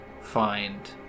find